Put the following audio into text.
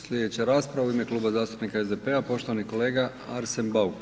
Slijedeća rasprava u ime Kluba zastupnika SDP-a poštovani kolega Arsen Bauk.